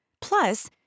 Plus